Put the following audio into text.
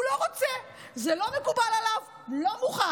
הוא לא רוצה, זה לא מקובל עליו, לא מוכן.